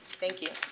thank you.